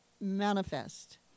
manifest